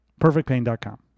Perfectpain.com